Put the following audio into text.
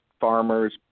farmers